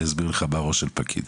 אני אסביר לך מה הראש של פקיד.